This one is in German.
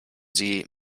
sie